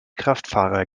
kraftfahrer